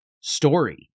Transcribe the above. story